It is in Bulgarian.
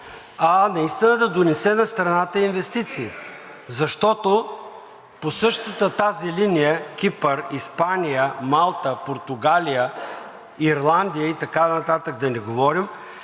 а наистина да донесе на страната инвестиции. Защото по същата тази линия – Кипър, Испания, Малта, Португалия, Ирландия и така нататък, правиха